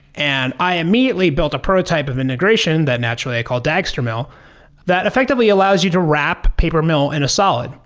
and i immediately built a prototype of integration that naturally, i called dagstermill that effectively allows you to wrap papermill in a solid.